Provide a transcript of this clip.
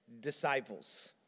disciples